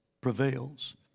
prevails